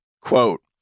Quote